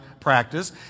practice